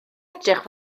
edrych